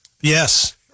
Yes